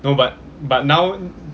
no but but now